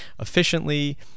efficiently